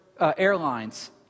airlines